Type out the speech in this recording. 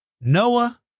Noah